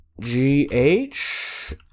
G-H